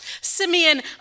Simeon